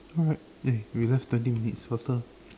alright eh we left twenty minutes faster